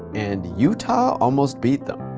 and utah almost beat them.